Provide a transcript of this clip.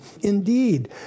Indeed